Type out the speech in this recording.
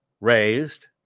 raised